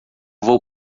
vou